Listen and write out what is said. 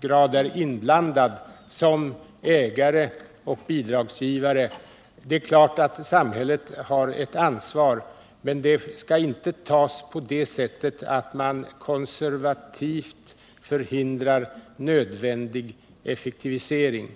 grad är inblandad som ägare och bidragsgivare. Men detta ansvar skall inte tas på det sättet att man konservativt förhindrar nödvändig effektivisering.